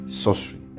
sorcery